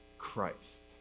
Christ